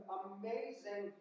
amazing